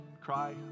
cry